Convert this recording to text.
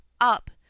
Up